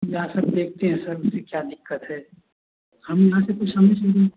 या सर देखते हैं सर क्या दिक्कत है